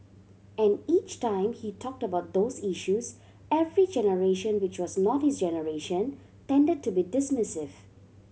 and each time he talked about those issues every generation which was not his generation tended to be dismissive